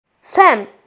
Sam